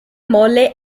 molle